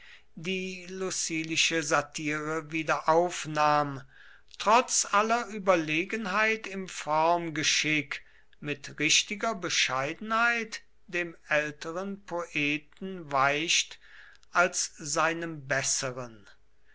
die lucilische satire wiederaufnahm trotz aller überlegenheit im formgeschick mit richtiger bescheidenheit dem älteren poeten weicht als seinem besseren